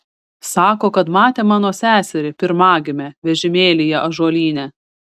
sako kad matė mano seserį pirmagimę vežimėlyje ąžuolyne